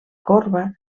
corba